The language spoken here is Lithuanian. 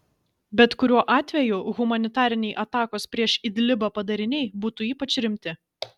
bet kuriuo atveju humanitariniai atakos prieš idlibą padariniai būtų ypač rimti